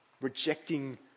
rejecting